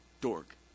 dork